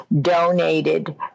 donated